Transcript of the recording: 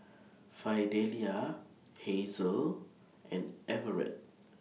Fidelia Hazel and Everet